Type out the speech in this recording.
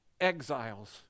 exiles